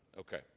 Okay